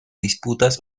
disputas